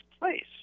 place